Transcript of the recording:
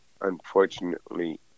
Unfortunately